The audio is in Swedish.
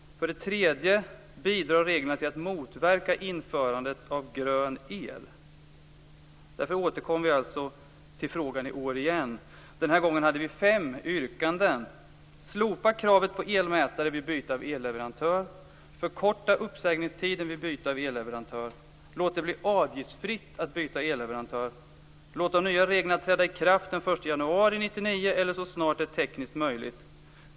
För det tredje bidrar reglerna till att motverka införandet av grön el. Därför återkommer vi till frågan i år igen. Den här gången har vi fem yrkanden: 3. Låt det bli avgiftsfritt att byta elleverantör. 4. Låt de nya reglerna träda i kraft den 1 januari 1999 eller så snart det är tekniskt möjligt. 5.